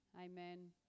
Amen